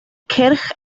cyrch